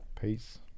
Peace